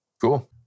Cool